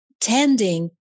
tending